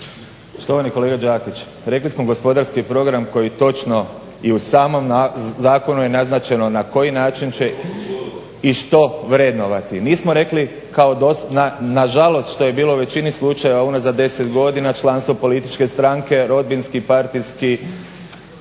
Štovani kolega Đakić, rekli smo gospodarski program koji točno i u samom zakonu je naznačeno na koji način će i što vrednovati. Mi smo rekli nažalost što je bilo u većini slučaja unazad 10 godina članstvo političke stranke, rodbinski, partijski